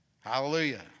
Hallelujah